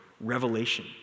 revelation